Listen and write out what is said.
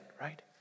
right